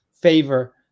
favor